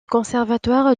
conservatoire